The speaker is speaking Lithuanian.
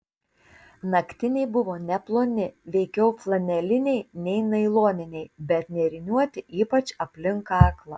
naktiniai buvo neploni veikiau flaneliniai nei nailoniniai bet nėriniuoti ypač aplink kaklą